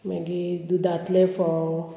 मागीर दुदांतले फोव